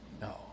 No